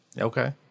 Okay